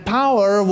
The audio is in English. power